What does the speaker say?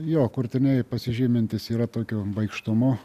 jo kurtiniai pasižymintys yra tokiu baikštumu